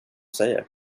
säger